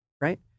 Right